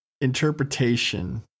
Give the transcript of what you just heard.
interpretation